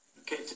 okay